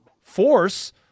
force